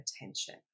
attention